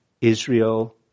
Israel